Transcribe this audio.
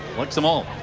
likes them all.